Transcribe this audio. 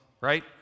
right